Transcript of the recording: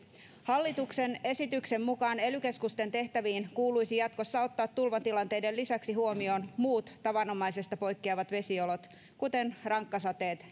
hallituksen esityksen mukaan ely keskusten tehtäviin kuuluisi jatkossa ottaa tulvatilanteiden lisäksi huomioon muut tavanomaisesta poikkeavat vesiolot kuten rankkasateet